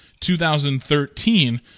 2013